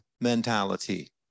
mentality